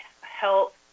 health